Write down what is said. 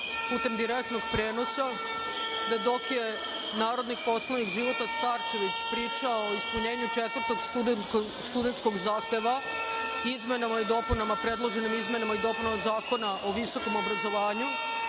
putem direktnog prenosa da dok je narodni poslanik Života Starčević pričao o ispunjenju četvrtog studentskog zahteva, predloženim izmenama i dopunama Zakona o visokom obrazovanju,